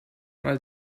mal